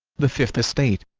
the fifth estate